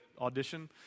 audition